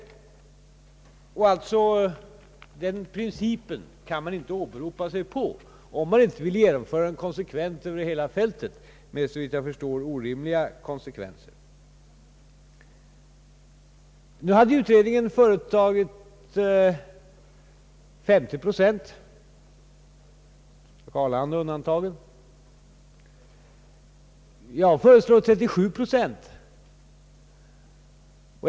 Denna princip kan man således inte åberopa sig på om man inte vill genomföra den konsekvent över hela fältet med såvitt jag förstår orimliga följder. Luftfartsutredningen har föreslagit 50 procents kommunbidrag — med undantag för Arlanda — medan jag föreslår 37 procent.